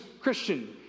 Christian